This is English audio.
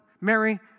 Mary